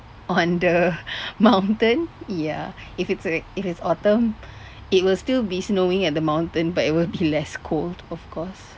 on the mountain ya if it's a if it's autumn it will still be snowing at the mountain but it will be less cold of course